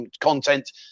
content